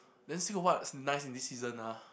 then still got what's nice in this season ah